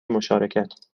مشارکت